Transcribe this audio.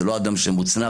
זה לא אדם שמוצנח.